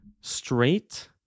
straight